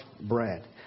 bread